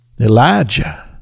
Elijah